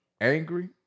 angry